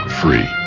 free